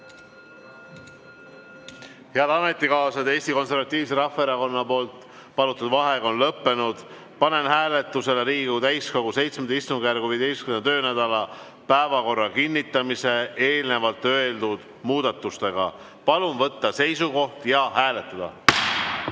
Head ametikaaslased, Eesti Konservatiivse Rahvaerakonna palutud vaheaeg on lõppenud. Panen hääletusele Riigikogu täiskogu VII istungjärgu 15. töönädala päevakorra kinnitamise eelnevalt öeldud muudatustega. Palun võtta seisukoht ja hääletada!